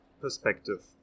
perspective